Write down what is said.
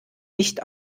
nicht